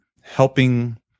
helping